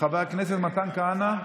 חבר הכנסת מתן כהנא,